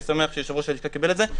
אני שמח שיושב-ראש הלשכה קיבל את זה.